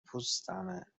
پوستمه